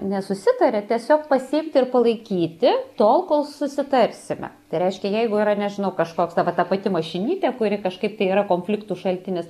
nesusitaria tiesiog pasiimti ir palaikyti tol kol susitarsime tai reiškia jeigu yra nežinau kažkoks ta va ta pati mašinytė kuri kažkaip tai yra konfliktų šaltinis